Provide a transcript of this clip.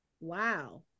Wow